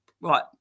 right